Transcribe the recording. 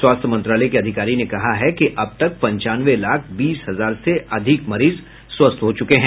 स्वास्थ्य मंत्रालय के अधिकारी ने कहा है कि अब तक पंचानवे लाख बीस हजार से अधिक मरीज स्वस्थ हो चुके हैं